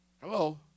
Hello